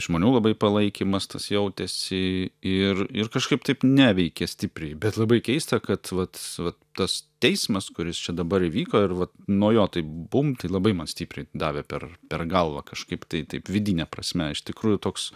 žmonių labai palaikymas tas jautėsi ir ir kažkaip taip neveikė stipriai bet labai keista kad vat vat tas teismas kuris čia dabar įvyko ir vat nuo jo bum tai labai man stipriai davė per per galvą kažkaip tai taip vidine prasme iš tikrųjų toks